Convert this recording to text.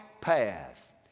path